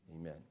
Amen